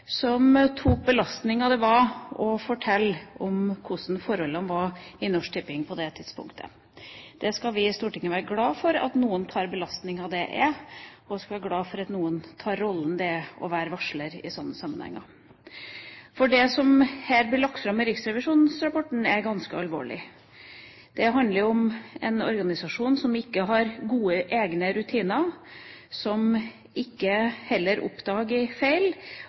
som tok belastningen det var å fortelle om hvordan forholdene var i Norsk Tipping på det tidspunktet. Vi i Stortinget skal være glad for at noen tar den belastningen det er, og vi skal være glad for at noen tar rollen det er å være varsler i slike sammenhenger. For det som her blir lagt fram i riksrevisjonsrapporten, er ganske alvorlig. Det handler om en organisasjon som ikke har gode egne rutiner, som heller ikke oppdager feil,